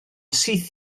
syth